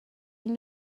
این